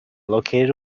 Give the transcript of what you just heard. located